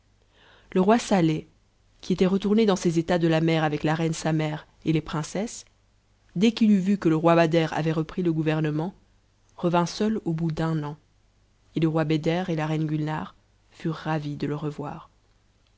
le roi saleh qui était retourné dans ses états de la mer avec la reine sa ère et les princesses dès qu'it eut vu que le roi beder avait repris le gouvernement revint seul au bout d'un an et le roi beder et la reine hare furent ravis de te revoir